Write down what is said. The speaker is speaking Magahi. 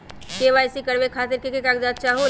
के.वाई.सी करवे खातीर के के कागजात चाहलु?